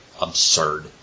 absurd